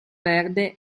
verde